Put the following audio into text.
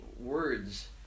words